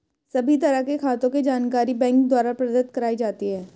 सभी तरह के खातों के जानकारी बैंक के द्वारा प्रदत्त कराई जाती है